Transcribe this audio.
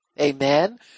Amen